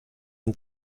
han